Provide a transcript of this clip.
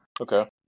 Okay